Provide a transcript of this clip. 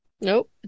Nope